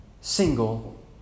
single